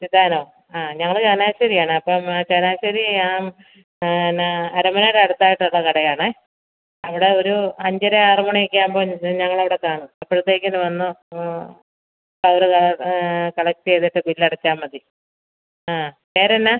ഇത് വേണോ ആ ഞങ്ങൾ ചങ്ങനാശ്ശേരിയാണപ്പം ചങ്ങനാശ്ശേരി ആ എന്നാൽ അരമനേടടുത്തായിട്ടുള്ള കടയാണ് അവിടെ ഒരു അഞ്ചര ആറ് മണിയൊക്കെ ആവുമ്പം ഞങ്ങളവിടെ കാണും അപ്പോഴത്തേക്കേന് വന്നോ ആ അവരത് കളക്ററ് ചെയ്തിട്ട് ബില്ലടച്ചാൽ മതി ആ വേറെന്നാ